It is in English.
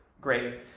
great